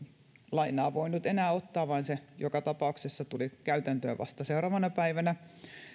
lainaa voi nyt enää ottaa vaan että se joka tapauksessa tuli käytäntöön vasta seuraavana päivänä